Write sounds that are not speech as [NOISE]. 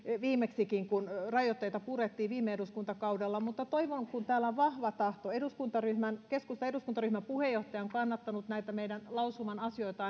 viimeksikin kun rajoitteita purettiin viime eduskuntakaudella mutta täällä on vahva tahto keskustan eduskuntaryhmän puheenjohtaja on kannattanut näitä meidän lausuman asioita [UNINTELLIGIBLE]